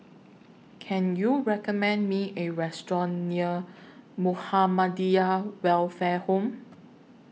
Can YOU recommend Me A Restaurant near Muhammadiyah Welfare Home